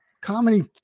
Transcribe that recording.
Comedy